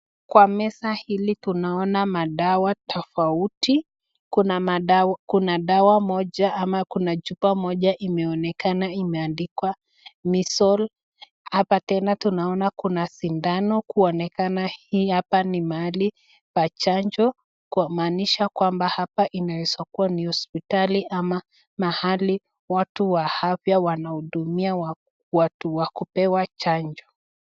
Kwa meza hili tunaona madawa tofauti kuna dawa moja ama kuna chupa moja imeonekana imeandikwa measles , hapa tena tunaona kua sindano kuonekana hii ni mahali pa chanjo kumaanisha kwamba hapa inaeza kuwa ni hospitali, ama mahali watu wa afya wanaudumia watu wa kupewa chanjo.